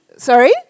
Sorry